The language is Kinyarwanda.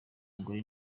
umugore